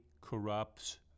corrupts